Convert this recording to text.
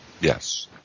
Yes